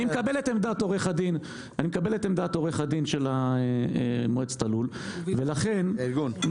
אני מקבל את עמדת עורך הדין של מועצת הלול --- של הארגון.